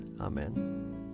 Amen